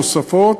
תוספות,